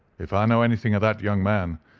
if i know anything o' that young man,